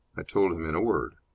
i told him in a word.